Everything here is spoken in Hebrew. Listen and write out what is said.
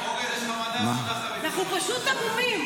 אנחנו פשוט המומים.